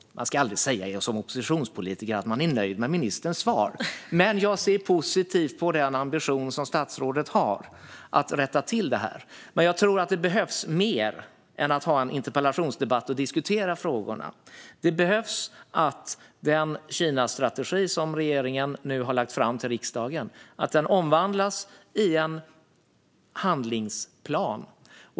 Man ska aldrig säga som oppositionspolitiker att man är nöjd med ministerns svar, men jag ser positivt på den ambition som statsrådet har när det gäller att rätta till detta. Jag tror dock att det behövs mer än att ha en interpellationsdebatt och diskutera frågorna. Den Kinastrategi som regeringen nu har lagt fram för riksdagen behöver omvandlas till en handlingsplan.